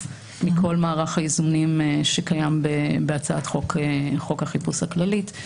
מכל מערך האיזונים שקיים בהצעת חוק החיפוש הכללית.